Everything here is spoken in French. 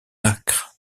acre